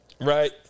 Right